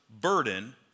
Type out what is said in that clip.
burden